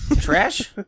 Trash